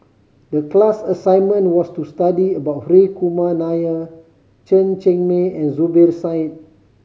the class assignment was to study about Hri Kumar Nair Chen Cheng Mei and Zubir Said